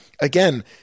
again